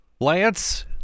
Lance